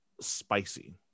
spicy